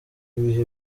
ibihe